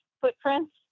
footprints